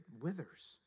withers